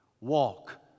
Walk